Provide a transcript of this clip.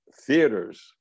theaters